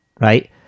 Right